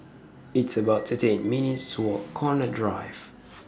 It's about thirty eight minutes' to Walk Connaught Drive